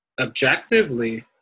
objectively